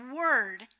word